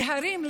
להרים,